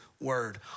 word